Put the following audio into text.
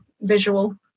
visual